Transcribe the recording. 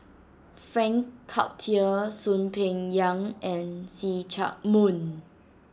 Frank Cloutier Soon Peng Yam and See Chak Mun